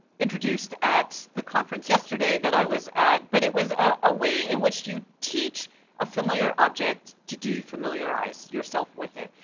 introduced at the conference yesterday, that i was at. but it was a way in which you teach a familiar object to de-familiarize yourself with it.